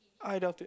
I doubt it